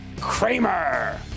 Kramer